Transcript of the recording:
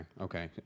okay